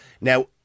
Now